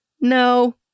No